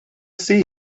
see